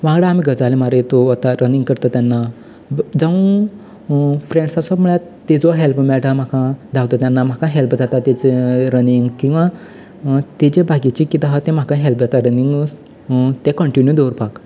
वांगडा आमी गजाली मारीत वता रनिंग करता तेन्ना जांव फ्रेंडस आसप म्हळ्यार तेचो हेल्प मेळटा म्हाका धांवता तेन्ना म्हाका हेल्प जाता तेंचे रनिंग किंवा तेचें बाकीचें किदें आहा तें म्हाक हेल्प जाता रनिंग तें कंटिन्यू दवरपाक